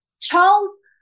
charles